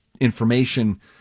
information